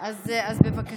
רק היוזמים.